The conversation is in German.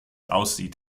aussieht